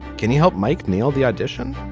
can you help mike nail the audition.